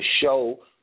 show